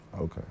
Okay